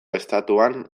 estatuan